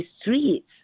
streets